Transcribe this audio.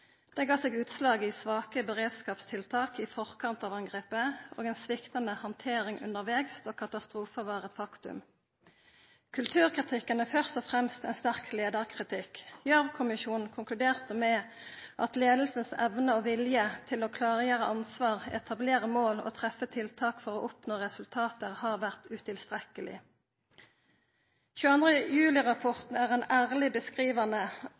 Det gav seg utslag i svake beredskapstiltak i forkant av angrepet og ei sviktande handtering undervegs da katastrofen var eit faktum. Kulturkritikken er først og fremst ein sterk leiarkritikk. Gjørv-kommisjonen konkluderte med at leiingas evne og vilje til å klargjera ansvar, etablera mål og treffa tiltak for å oppnå resultat har vore utilstrekkeleg. 22. juli-rapporten er ærleg beskrivande